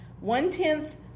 one-tenth